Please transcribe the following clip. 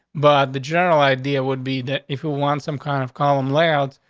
but the general idea would be that if you want some kind of column, louds,